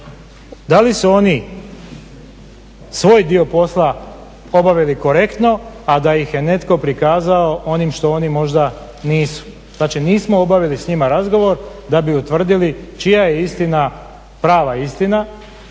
da li su oni svoj dio posla obavili korektno a da ih je netko prikazao onim što oni možda nisu. Znači, nismo obavili s njima razgovor da bi utvrdili čija je istina prava istina